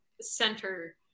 center